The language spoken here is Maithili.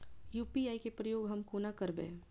यु.पी.आई केँ प्रयोग हम कोना करबे?